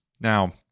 Now